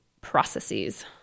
processes